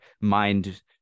mind